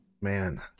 Man